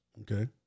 Okay